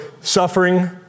suffering